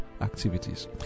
activities